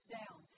down